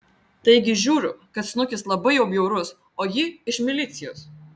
taigi žiūriu kad snukis labai jau bjaurus o ji iš milicijos